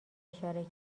اشاره